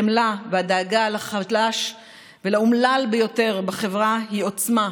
החמלה והדאגה לחלש ולאומלל ביותר בחברה היא עוצמה,